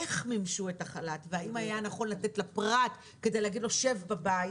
איך מימשו את החל"ת והאם היה נכון לתת לפרט כדי להגיד לו שב בבית?